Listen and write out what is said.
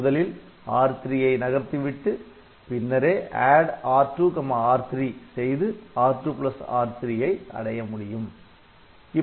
முதலில் R3 ஐ நகர்த்திவிட்டு பின்னரே ADD R2R3 செய்து R2R3 அடைய முடியும்